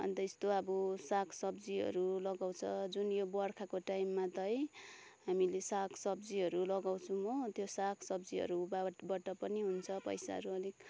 अन्त यस्तो अब सागसब्जीहरू लगाउँछ जुन यो बर्खाको टाइममा त है हामीले सागसब्जीहरू लगाउँछौँ हो त्यो सागसब्जीहरूबाट बाट पनि हुन्छ पैसाहरू अलिक